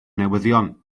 newyddion